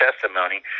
testimony